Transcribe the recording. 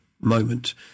moment